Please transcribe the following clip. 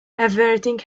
averting